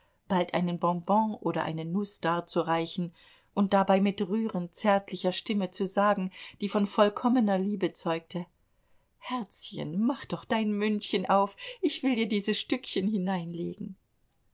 bald einen bonbon oder eine nuß darzureichen und dabei mit rührend zärtlicher stimme zu sagen die von vollkommener liebe zeugte herzchen mach doch dein mündchen auf ich will dir dieses stückchen hineinlegen